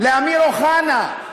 לאמיר אוחנה,